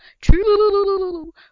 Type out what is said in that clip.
true